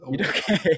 Okay